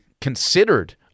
considered